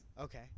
Okay